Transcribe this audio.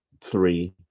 three